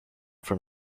from